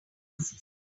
classes